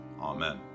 Amen